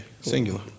Singular